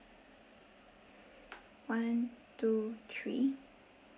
one two three